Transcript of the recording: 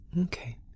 Okay